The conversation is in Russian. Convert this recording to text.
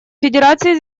федерации